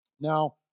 Now